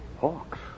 Hawks